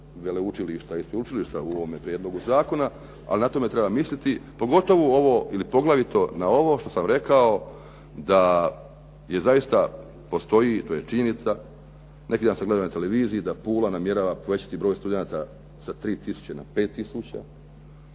veleučilišta i sveučilišta u ovome prijedlogu zakona ali na to treba misliti pogotovo ovo ili poglavito na ovo što sam rekao da zaista postoji to je činjenica, neki sam gledao i na televiziji da Pula namjerava povećati broj studenata sa 3 tisuće na 5